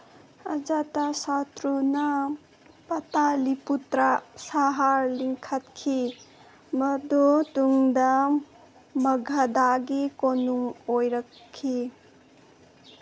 ꯑꯖꯥꯇꯥꯁꯥꯇ꯭ꯔꯨꯅ ꯄꯇꯥꯂꯤꯄꯨꯇ꯭ꯔꯥ ꯁꯍꯔ ꯂꯤꯡꯈꯠꯈꯤ ꯃꯗꯨ ꯇꯨꯡꯗ ꯃꯒꯥꯙꯥꯒꯤ ꯀꯣꯅꯨꯡ ꯑꯣꯏꯔꯛꯈꯤ